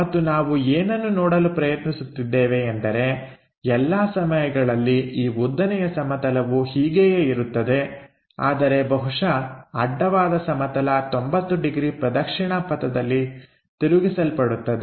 ಮತ್ತು ನಾವು ಏನನ್ನು ನೋಡಲು ಪ್ರಯತ್ನಿಸುತ್ತಿದ್ದೇವೆ ಎಂದರೆ ಎಲ್ಲಾ ಸಮಯಗಳಲ್ಲಿ ಈ ಉದ್ದನೆಯ ಸಮತಲವು ಹೀಗೆಯೇ ಇರುತ್ತದೆ ಆದರೆ ಬಹುಶಃ ಅಡ್ಡವಾದ ಸಮತಲ 90 ಡಿಗ್ರಿ ಪ್ರದಕ್ಷಿಣಾ ಪಥದಲ್ಲಿ ತಿರುಗಿಸಲ್ಪಡುತ್ತದೆ